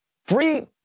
free